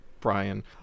Brian